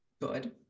Good